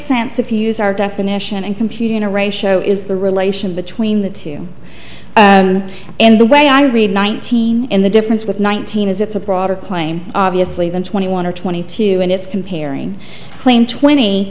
sense if you use our definition and computing a ratio is the relation between the two and the way i read nineteen in the difference with nineteen is it's a broader claim obviously than twenty one or twenty two and it's comparing claim twenty